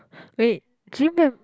wait gym mem~